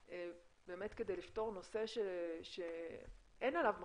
באמת כדי לפתור נושא שאין עליו מחלוקות.